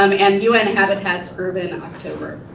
um and u n. habitats urban october.